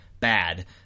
Bad